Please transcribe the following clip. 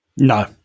No